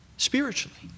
spiritually